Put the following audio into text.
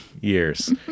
years